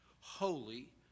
holy